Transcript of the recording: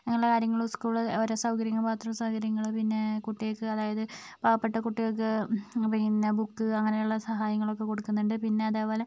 അങ്ങനെയുള്ള കാര്യങ്ങൾ സ്കൂളിൽ ഓരോ സൗകര്യങ്ങൾ ബാത്രൂം സൗകര്യങ്ങൾ പിന്നെ കുട്ടികൾക്ക് അതായത് പാവപ്പെട്ട കുട്ടികൾക്ക് പിന്നെ ബുക്ക് അങ്ങനെയുള്ള സഹായങ്ങളൊക്കെ കൊടുക്കുന്നുണ്ട് പിന്നെ അതേപോലെ